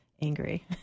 angry